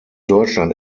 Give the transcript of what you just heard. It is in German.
deutschland